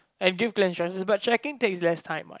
like give but tracking takes less time what